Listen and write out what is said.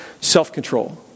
self-control